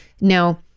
Now